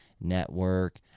network